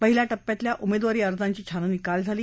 पहिल्या टप्प्यातल्या उमेदवारी अर्जाच छाननी काल झाली